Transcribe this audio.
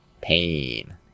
Pain